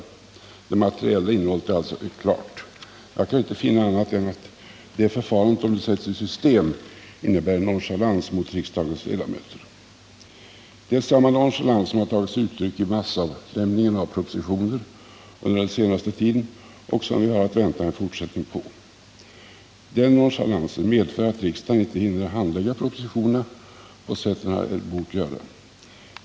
Det materiella innehållet är alltså klart. Jag kan inte finna annat än att det förfarandet, om det sätts i system, innebär en nonchalans mot riksdagens ledamöter. Nonchalansen har också tagit sig uttryck i massavlämningen av propositioner under den senaste tiden, och vi har att vänta en fortsättning. Denna nonchalans medför att riksdagen inte hinner handlägga propositionerna på sätt som den hade bort göra.